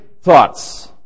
thoughts